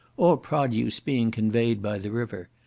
all produce being conveyed by the river.